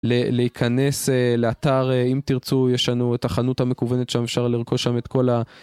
להיכנס לאתר, אם תרצו, יש לנו את החנות המקוונת שם, אפשר לרכוש שם את כל ה...